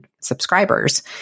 subscribers